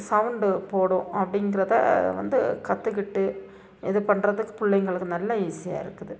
sound போடும் அப்படிங்கறத வந்து கற்றுக்கிட்டு இது பண்ணுறதுக்கு பிள்ளைங்களுக்கு நல்லா ஈஸியாக இருக்குது